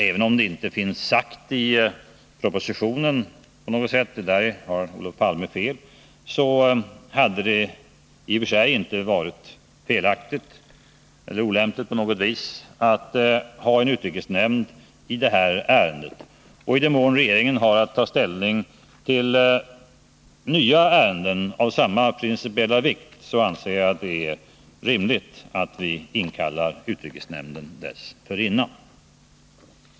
Även om det inte är sagt i propositionen — och där har Olof Palme fel — så hade det i och för sig inte varit felaktigt eller olämpligt att inkalla utrikesnämnden för behandling av detta ärende. I den mån regeringen får att ta ställning till nya ärenden av samma principiella vikt, så anser jag att det är rimligt att vi inkallar utrikesnämnden dessförinnan.